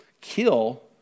kill